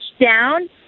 down